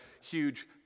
huge